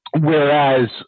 Whereas